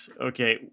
okay